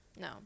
No